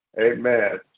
Amen